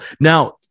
Now